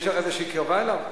יש לך איזושהי קרבה אליו?